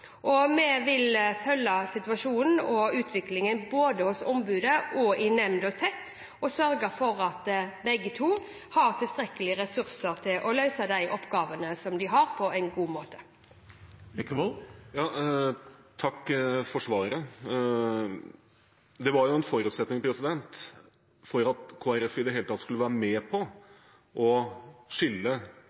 og vi vil følge situasjonen og utviklingen både hos ombudet og hos nemnda tett og sørge for at begge to har tilstrekkelige ressurser til å løse de oppgavene de har, på en god måte. Takk for svaret. En forutsetning for at Kristelig Folkeparti i det hele tatt skulle være med på å skille